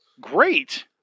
Great